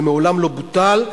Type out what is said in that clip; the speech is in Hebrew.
זה מעולם לא בוטל.